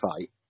fight